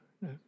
no